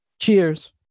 Cheers